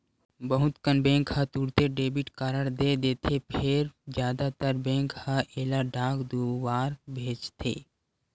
बहुत कन बेंक ह तुरते डेबिट कारड दे देथे फेर जादातर बेंक ह एला डाक दुवार भेजथे